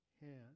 hand